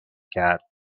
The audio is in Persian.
کرد